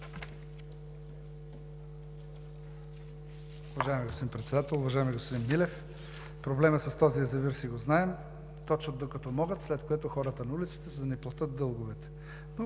Уважаеми господин Председател, уважаеми господин Милев! Проблемът с този язовир си го знаем – точат, докато могат, след което – хората на улицата, за да не платят дълговете.